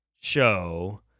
show